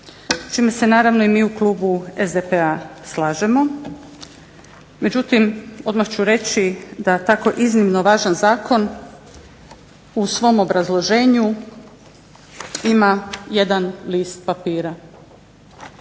čime se naravno i mi u klubu SDP-a slažemo. Međutim, odmah ću reći da tako iznimno važan zakon u svom obrazloženju ima jedan list papira